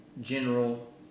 general